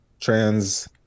trans